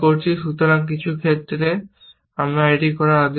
সুতরাং কিছু ক্ষেত্রে একটি আদেশ আছে